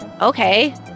Okay